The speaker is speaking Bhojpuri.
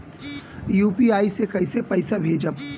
यू.पी.आई से कईसे पैसा भेजब?